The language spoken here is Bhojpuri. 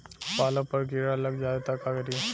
पालक पर कीड़ा लग जाए त का करी?